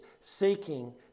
seeking